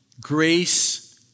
grace